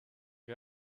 wir